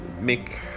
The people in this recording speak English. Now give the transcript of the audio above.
make